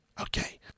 Okay